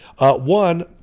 One